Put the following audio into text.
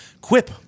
Quip